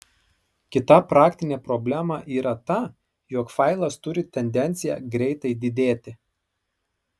kita praktinė problema yra ta jog failas turi tendenciją greitai didėti